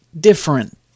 different